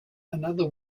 another